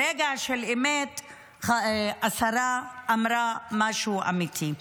ברגע של אמת השרה אמרה משהו אמיתי.